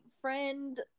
friend